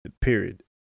Period